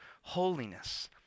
holiness